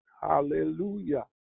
hallelujah